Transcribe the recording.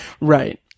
Right